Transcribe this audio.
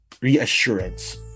reassurance